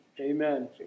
Amen